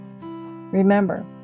Remember